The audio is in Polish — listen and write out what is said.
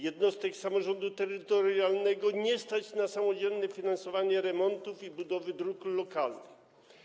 Jednostek samorządu terytorialnego nie stać na samodzielne finansowanie remontów i budowy dróg lokalnych.